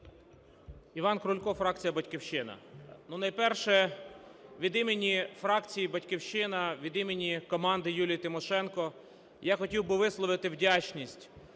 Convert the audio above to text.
Іван Крулько, фракція "Батьківщина". Найперше, від імені фракції "Батьківщина", від імені команди Юлії Тимошенко я хотів би висловити вдячність